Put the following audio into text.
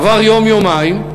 עברו יום, יומיים,